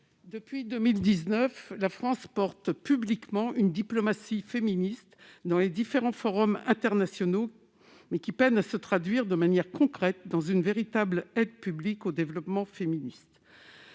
Depuis 2019, la France prône publiquement une « diplomatie féministe » dans les différents forums internationaux, mais celle-ci peine à se traduire de manière concrète dans une véritable aide publique au développement féministe.